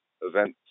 events